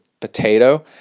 potato